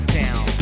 town